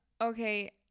Okay